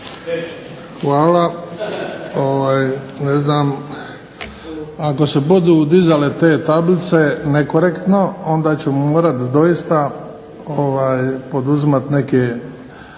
znam ako se budu dizale te tablice nekorektno, onda ću morati doista poduzimati neke